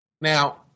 now